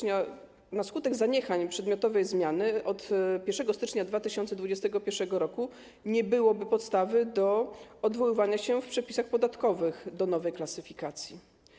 Na skutek zaniechań przedmiotowej zmiany od 1 stycznia 2021 r. nie byłoby podstawy do odwoływania się w przepisach podatkowych do nowej klasyfikacji.